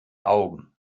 augen